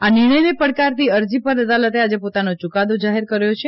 આ નિર્ણયને પડકારતી અરજી પર અદાલતે આજે પોતાનો યુકાદો જાહેર કર્યો છે